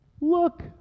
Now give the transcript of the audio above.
Look